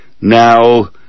Now